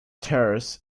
terrace